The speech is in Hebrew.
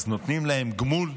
אז נותנים להם גמול,